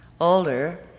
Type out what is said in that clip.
Older